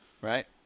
Right